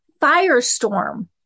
firestorm